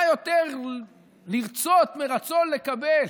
מה יותר לרצות מרצון לקבל?